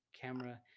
camera